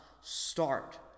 start